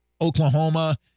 Oklahoma